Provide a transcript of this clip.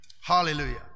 Hallelujah